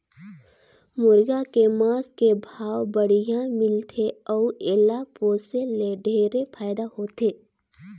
मुरगा के मांस के भाव बड़िहा मिलथे अउ एला पोसे ले ढेरे फायदा होथे